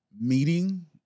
meeting